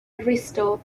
restore